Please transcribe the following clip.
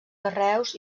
carreus